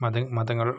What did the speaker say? മത മതങ്ങള്